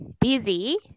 busy